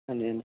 ਹਾਂਜੀ ਹਾਂਜੀ